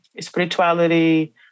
spirituality